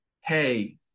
Hey